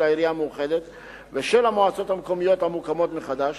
העירייה המאוחדת ושל המועצות המקומיות המוקמות מחדש.